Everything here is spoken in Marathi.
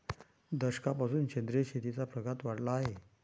दशकापासून सेंद्रिय शेतीचा प्रघात वाढला आहे